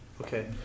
Okay